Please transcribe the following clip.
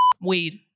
weed